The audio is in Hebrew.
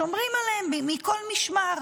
שומרים עליהם מכל משמר.